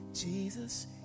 Jesus